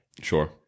Sure